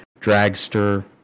dragster